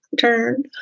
turn